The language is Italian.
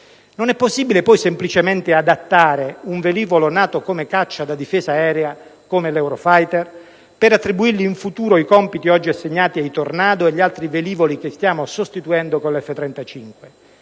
Non è possibile, poi, semplicemente adattare un velivolo nato come caccia da difesa aerea, come l'Eurofighter, per attribuirgli in futuro i compiti oggi assegnati ai Tornado e agli altri velivoli che stiamo sostituendo con l'F-35.